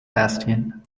bastion